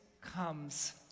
comes